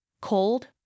cold